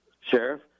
Sheriff